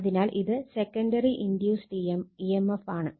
അതിനാൽ ഇത് secondary induced E M F ആണ്